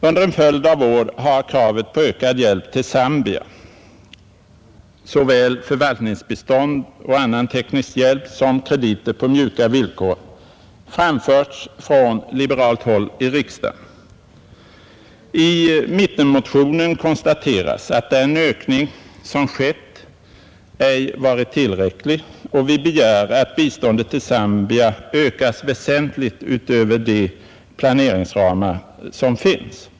Under en följd av år har kravet på ökad hjälp till Zambia, såväl förvaltningsbistånd som annan teknisk hjälp samt krediter på mjuka villkor, framförts från liberalt håll i riksdagen. I mittenmotionen konstateras att den ökning som skett ej varit tillräcklig och vi begär att biståndet till Zambia ökas väsentligt utöver de planeringsramar som finns.